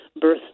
birth